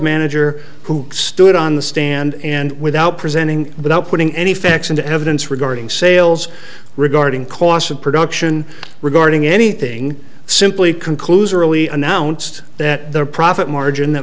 manager who stood on the stand and without presenting but i'm putting any facts into evidence regarding sales regarding costs of production regarding anything simply conclusion really announced that the profit margin that